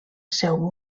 seu